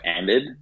ended